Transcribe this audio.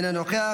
אינו נוכח,